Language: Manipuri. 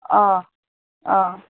ꯑꯥ ꯑꯥ